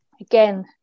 again